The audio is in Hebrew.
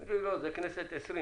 הוא אומר לי: זו תעודה של כנסת ה-20.